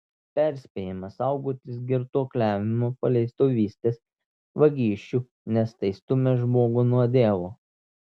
perspėjama saugotis girtuokliavimo paleistuvystės vagysčių nes tai stumią žmogų nuo dievo